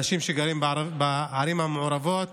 אנשים שגרים בערים המעורבות